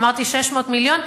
אמרתי: 600 מיליון,